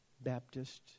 Baptist